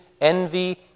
envy